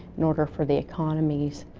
in order for the economies